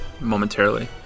momentarily